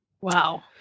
Wow